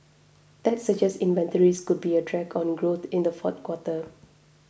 that suggests inventories could be a drag on growth in the fourth quarter